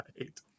Right